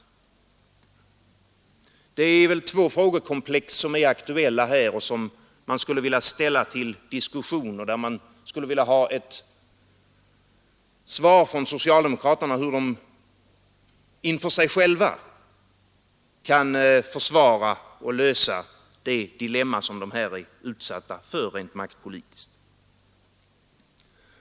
Det är två frågekomplex som är aktuella här och som man skulle vilja ställa under diskussion. Man skulle vilja ha ett svar från socialdemokraterna hur de inför sig själva kan försvara och lösa det dilemma som de här är utsatta för rent maktpolitiskt.